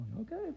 Okay